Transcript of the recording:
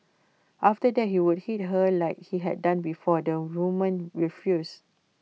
after that he would hit her like he had done before the woman refused